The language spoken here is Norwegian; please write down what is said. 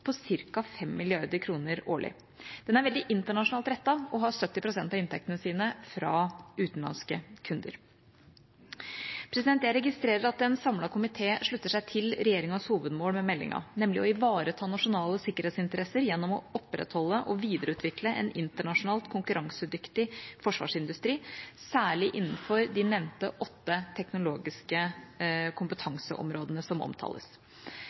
på ca. 5 mrd. kr årlig. Den er veldig internasjonalt rettet og har 70 pst. av inntektene sine fra utenlandske kunder. Jeg registrerer at en samlet komité slutter seg til regjeringas hovedmål med meldinga, nemlig å ivareta nasjonale sikkerhetsinteresser gjennom å opprettholde og videreutvikle en internasjonalt konkurransedyktig forsvarsindustri, særlig innenfor de åtte teknologiske kompetanseområdene som omtales.